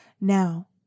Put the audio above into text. Now